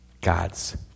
God's